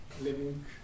living